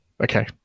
okay